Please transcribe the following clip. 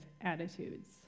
attitudes